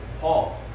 Paul